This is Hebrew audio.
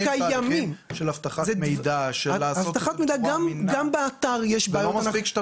תהליכים של אבטחת מידע --- זה לא מספיק שאתה